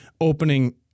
opening